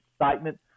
excitement